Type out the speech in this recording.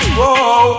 Whoa